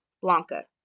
Blanca